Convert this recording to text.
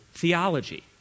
theology